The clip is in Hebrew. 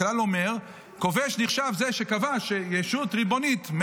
הכלל אומר שכובש נחשב זה שכבש ישות ריבונית,